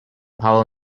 power